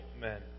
men